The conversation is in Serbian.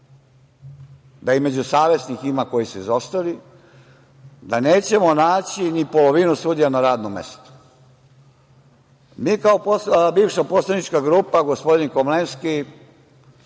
da i među savesnih ima onih koji su izostali, nećemo naći ni polovinu sudija na radnom mestu. Kao bivša poslanička grupa, gospodin Komlenski,